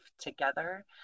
together